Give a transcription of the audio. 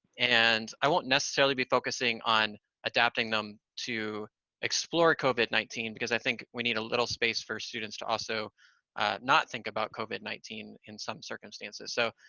and i won't necessarily be focusing on adapting them to explore covid nineteen, because i think we need a little space for students to also not think about covid nineteen in some circumstances. so,